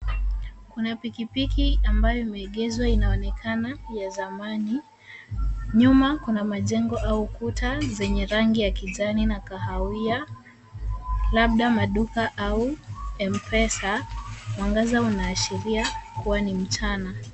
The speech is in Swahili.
Kuna pikipiki ambayo imeegezwa inaonekana ya zamani, nyuma kuna majengo au kuta zenye rangi ya kijani na kahawia. Labda maduka au M-Pesa. Mwangaza unaashiria kuwa ni mchana.